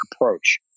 approach